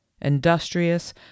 industrious